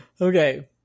Okay